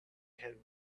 can